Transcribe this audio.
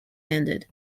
handed